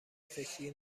فکری